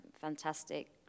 fantastic